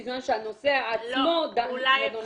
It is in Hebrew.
בזמן שהנושא עצמו נדון בבית משפט.